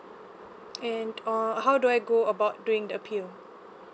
and or how do I go about doing the appeal